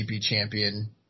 champion